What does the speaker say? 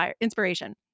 inspiration